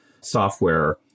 software